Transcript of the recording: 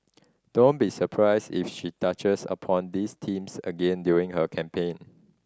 don't be surprised if she touches upon these themes again during her campaign